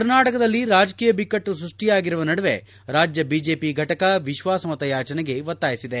ಕರ್ನಾಟಕದಲ್ಲಿ ರಾಜಕೀಯ ಬಿಕ್ಕಟ್ಟು ಸೃಷ್ಟಿಯಾಗಿರುವ ನಡುವೆ ರಾಜ್ಯ ಬಿಜೆಪಿ ಫಟಕ ವಿಶ್ವಾಸ ಮತ ಯಾಚನೆಗೆ ಒತ್ತಾಯಿಸಿದೆ